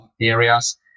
areas